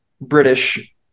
British